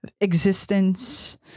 existence